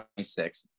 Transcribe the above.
26